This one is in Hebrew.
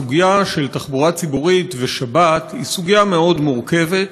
הסוגיה של תחבורה ציבורית בשבת היא סוגיה מורכבת מאוד.